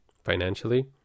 financially